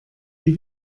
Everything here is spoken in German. die